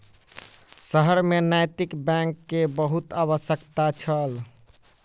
शहर में नैतिक बैंक के बहुत आवश्यकता छल